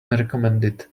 recommended